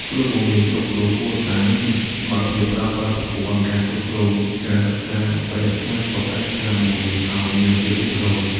គ្រូបង្រៀនគ្រប់រូបគួរតែមានសមត្ថភាពប្រើប្រាស់ប្រព័ន្ធគ្រប់គ្រងការសិក្សាដើម្បីរក្សាទុកឯកសារបង្រៀនឱ្យមានរបៀបរៀបរយ។